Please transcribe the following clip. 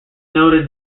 noted